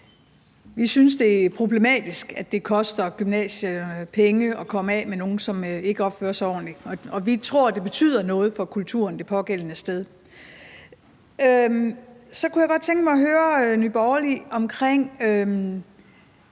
Vi synes, det er problematisk, at det koster gymnasier penge at komme af med nogen, som ikke opfører sig ordentligt. Og vi tror, det betyder noget for kulturen det pågældende sted. Så kunne jeg godt tænke mig høre Nye Borgerlige om den